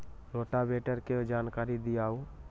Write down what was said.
Rotavator के जानकारी दिआउ?